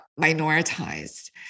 minoritized